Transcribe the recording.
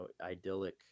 idyllic